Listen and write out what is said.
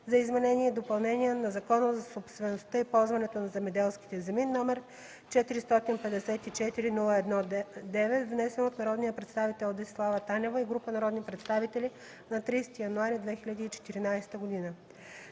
за изменение и допълнение за Закона за собствеността и ползването на земеделските земи, № 454-01-9, внесен от народния представител Десислава Танева и група народни представители на 30 януари 2014 г.